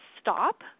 stop